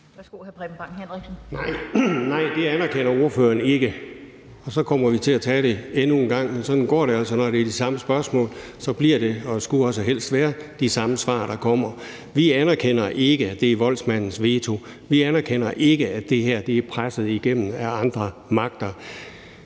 Nej, det anerkender ordføreren ikke. Og så kommer vi til at tage det endnu en gang, men sådan går det altså, når det er de samme spørgsmål. Så bliver det og skulle også helst være de samme svar, der kommer. Vi anerkender ikke, at det er voldsmandens veto. Vi anerkender ikke, at det her er presset igennem af andre magter.